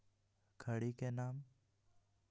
खड़ी के नाम?